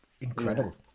incredible